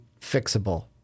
fixable